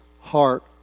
heart